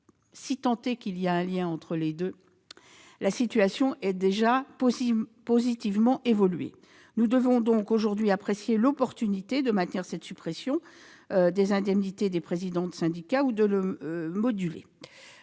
Si tant est qu'il y ait un lien entre les deux, la situation a donc déjà positivement évolué. Nous devons aujourd'hui apprécier l'opportunité de maintenir cette suppression des indemnités des présidents de syndicats ou de la moduler.